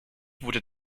wurde